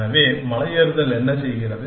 எனவே மலை ஏறுதல் என்ன செய்கிறது